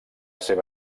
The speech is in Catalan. seva